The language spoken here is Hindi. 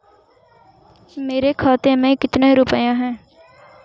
मेरे खाते में कितने रुपये हैं?